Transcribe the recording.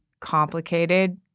complicated